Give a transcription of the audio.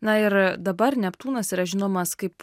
na ir dabar neptūnas yra žinomas kaip